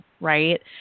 right